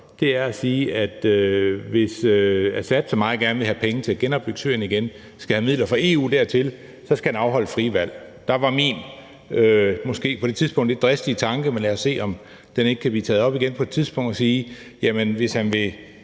om, er at sige, at hvis Assad meget gerne vil have penge til at genopbygge Syrien og skal have midler dertil fra EU, så skal han afholde frie valg. Der var min måske på det tidspunkt lidt dristige tanke – men lad os se, om den ikke kan blive taget op igen på et tidspunkt – at sige, at hvis han vil